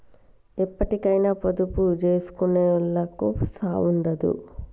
ఎప్పటికైనా పొదుపు జేసుకునోళ్లకు సావుండదు